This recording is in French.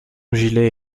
gilet